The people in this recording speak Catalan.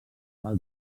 pel